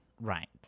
right